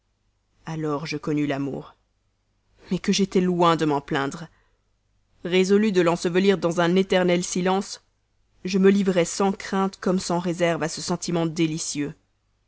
alors je connus l'amour mais que j'étais loin de m'en plaindre résolu de l'ensevelir dans un éternel silence je me livrais sans crainte comme sans réserve à ce sentiment délicieux